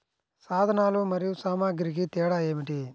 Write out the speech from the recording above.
సాధనాలు మరియు సామాగ్రికి తేడా ఏమిటి?